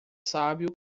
sábio